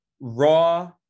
raw